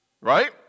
right